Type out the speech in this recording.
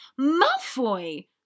Malfoy